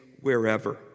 wherever